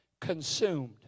consumed